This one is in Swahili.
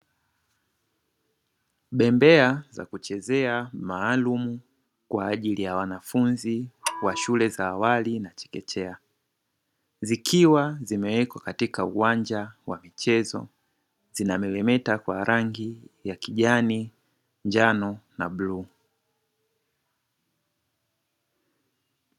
Bembea za kuchezea maalumu kwa ajili ya wanafunzi wa shule za awali na chekechea, zikiwa zimewekwa katika uwanja wa michezo; zinameremeta kwa rangi ya kijani, njano na bluu.